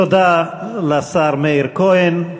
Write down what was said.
תודה לשר מאיר כהן,